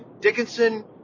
Dickinson